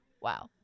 Wow